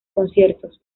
conciertos